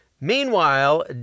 Meanwhile